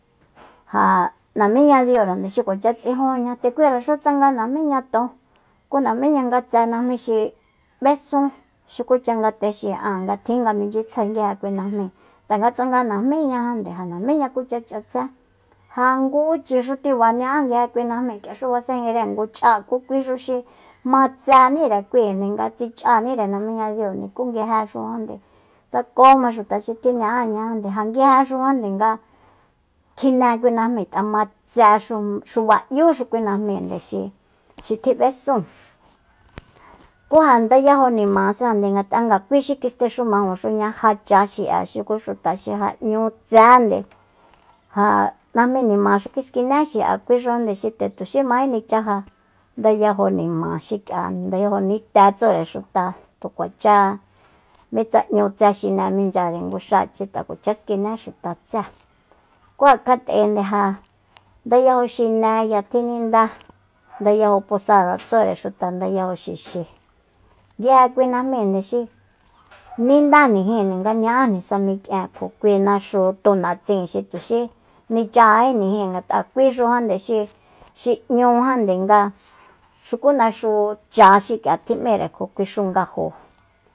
Ja namiñadiurande xi kuacha tsijúnña nde kuiraxu tsanga najmíña ton ku najmíña nga tse najmi xi b'ésun xukucha nga texin'a nga tjin nga minchyitsjae nguije kui najmi tanga tsanga najmíñajande ja najmíña kucha ch'atsé ja nguchi xu tiba ña'á nguije kui najmi kíaxu basenjire ngu ch'a ku kuixu xi ma tsenire kui nga tsi ch'anire namiñadiunde ku nguijexujande tsa kóma xuta xi tjiña'áñajande ja nguijexujande nga kjine kui najmi ngat'a matsexu xuba'yúxu kui najmi xi- xi tjib'esúun ku ja ndayajo nimasajande ngat'anga nga kui xi kistexumajuxuña já cha xi'a xuku xuta xi ja nñu tseénde ja najmi nima xu kiskine xi'a kui xu xi nde tuxi mají nichaja ndayajo nima xik'iande ndayajo nite tsure xuta tukuacha mitsa n'ñu tse xine minchyare nguxáachi ngat'a tu kuacha skiné xuta tsée ku ja kjat'ende ja ndayajo xinéya tjininda ndayajo posada tsúre xuta ndayajo xixi nguije kui najmínde xi nindajnijin nga ña'ájni samik'ien kjo kui naxu tunatsíin xi tuxi nichajajíjnijin ngat'a kuixujande xi- xi n'ñujande nga xuku naxu cha tjim'íre kjo kui xungajóo